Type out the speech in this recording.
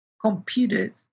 competed